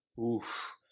Oof